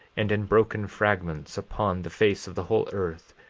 and in broken fragments upon the face of the whole earth,